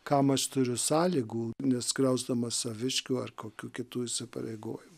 kam aš turiu sąlygų neskriausdamas saviškių ar kokių kitų įsipareigojimų